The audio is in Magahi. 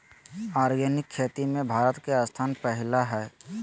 आर्गेनिक खेती में भारत के स्थान पहिला हइ